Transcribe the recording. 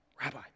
Rabbi